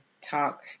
talk